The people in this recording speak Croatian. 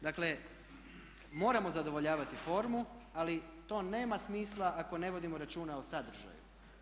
Dakle moramo zadovoljavati formu ali to nema smisla ako ne vodimo računa o sadržaju.